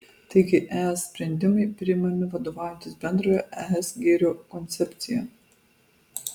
taigi es sprendimai priimami vadovaujantis bendrojo es gėrio koncepcija